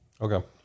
Okay